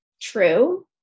true